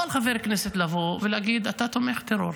יכול חבר כנסת לבוא ולומר: אתה תומך טרור.